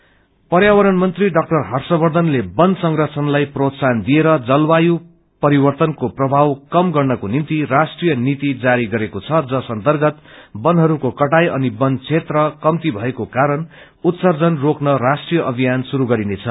forest protection पर्यावरण मन्त्री डा हर्षवर्षनले वन संरक्षणलाई प्रोत्साहन दिएर जलवायु परिवर्तनको प्रभाव कम गर्नेको निम्ति राष्ट्रीय नीति जारी गरेको छ जस अन्तर्गत वनहस्को कटाई अनि वन क्षेत्र कम्ती भएको कारण उत्सर्जन रोक्न राष्ट्रीय अभियान शुरू गरिनेछ